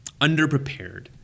underprepared